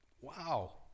Wow